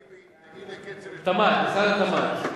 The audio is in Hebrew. הנה כצל'ה, משרד התמ"ת,